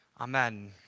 Amen